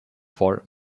for